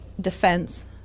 defense